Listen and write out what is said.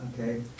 Okay